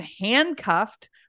handcuffed